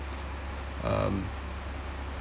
um